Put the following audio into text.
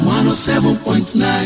107.9